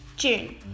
June